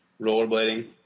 Rollerblading